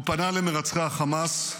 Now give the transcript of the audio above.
הוא פנה למרצחי חמאס,